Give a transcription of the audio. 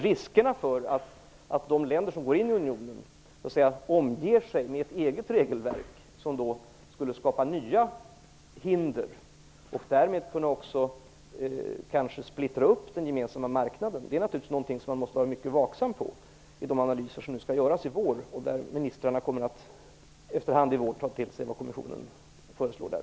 Riskerna att de länder som går in i unionen omger sig med ett eget regelverk som skulle kunna skapa nya hinder och därmed kanske också splittra upp den gemensamma marknaden är någonting som man måste vara mycket vaksam på. Det kommer nu att göras analyser i vår, och ministrarna kommer efterhand under våren att ta till sig vad kommissionen föreslår.